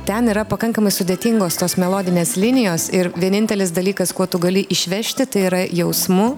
ten yra pakankamai sudėtingos tos melodinės linijos ir vienintelis dalykas kuo tu gali išvežti tai yra jausmu